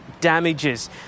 damages